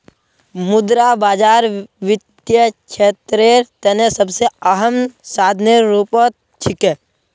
मुद्रा बाजार वित्तीय क्षेत्रेर तने सबसे अहम साधनेर रूपत छिके